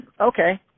okay